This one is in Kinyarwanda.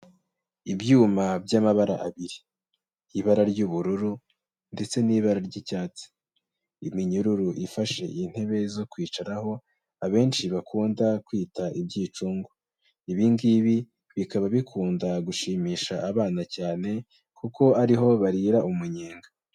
Ibyuma by'amabara abiri ibara ry'ubururu ndetse n'ibara ry'icyatsi, iminyururu ifashe intebe zo kwicaraho abenshi bakunda kwita ibyicungo, ibi ngibi bikaba bikunda gushimisha abana cyane kuko ariho barira umunyenga.